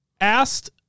asked